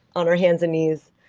on her hands and knees.